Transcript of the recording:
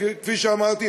כפי שאמרתי,